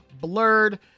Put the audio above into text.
blurred